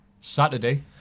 Saturday